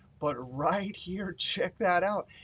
but right here, check that out.